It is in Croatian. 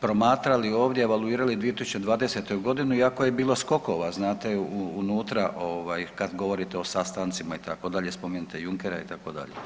promatrali ovdje i evaluirali 2020.g. iako je bilo skokova znate unutra ovaj kad govorite o sastancima itd., spominjete Junckera itd.